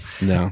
No